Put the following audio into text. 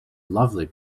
lovely